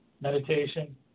Meditation